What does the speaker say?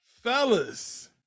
fellas